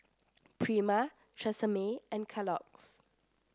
Prima Tresemme and Kellogg's